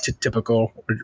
typical